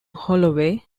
holloway